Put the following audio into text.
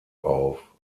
auf